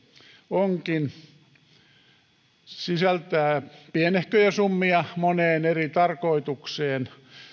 onkin se sisältää pienehköjä summia moneen eri tarkoitukseen